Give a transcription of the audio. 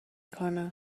کنه